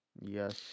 Yes